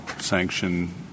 sanction